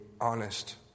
honest